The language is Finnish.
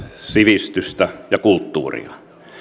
sivistystä ja kulttuuria